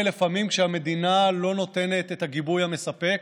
לפעמים כשהמדינה לא נותנת את הגיבוי המספק.